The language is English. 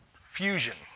Fusion